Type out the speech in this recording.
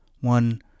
one